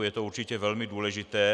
Je to určitě velmi důležité.